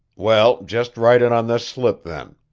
well, just write it on this slip then.